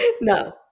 No